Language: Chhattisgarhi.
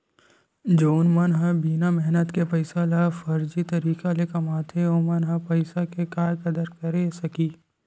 जउन मन ह बिना मेहनत के पइसा ल फरजी तरीका ले कमाथे ओमन ह पइसा के काय कदर करे सकही